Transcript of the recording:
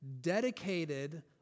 dedicated